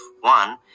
one